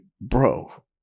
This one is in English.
bro